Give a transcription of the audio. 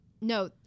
No